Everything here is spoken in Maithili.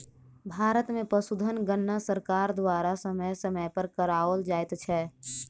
भारत मे पशुधन गणना सरकार द्वारा समय समय पर कराओल जाइत छै